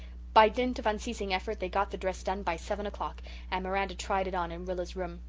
by dint of unceasing effort they got the dress done by seven o'clock and miranda tried it on in rilla's room.